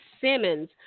Simmons